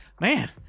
Man